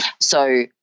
So-